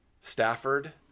Stafford